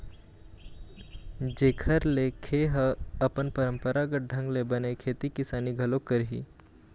जेखर ले खे ह अपन पंरापरागत ढंग ले बने खेती किसानी घलोक करही